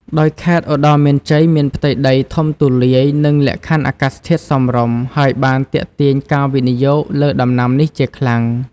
ដោយខេត្តឧត្តរមានជ័យមានផ្ទៃដីធំទូលាយ និងលក្ខខណ្ឌអាកាសធាតុសមរម្យ ហើយបានទាក់ទាញការវិនិយោគលើដំណាំនេះជាខ្លាំង។